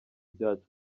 byacu